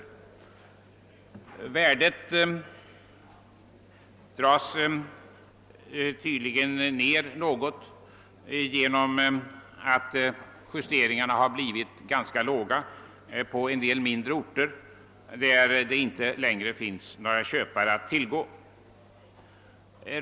Genomsnittssiffran dras tydligen ner något genom att uppjusteringarna har blivit ganska små på en del mindre orter, där det inte längre finns några köpare.